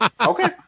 Okay